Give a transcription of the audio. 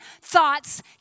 thoughts